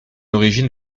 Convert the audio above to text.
origine